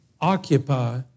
occupy